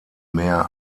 mehr